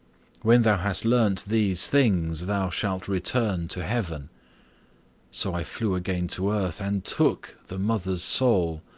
when thou has learnt these things, thou shalt return to heaven so i flew again to earth and took the mother's soul.